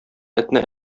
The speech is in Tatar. этне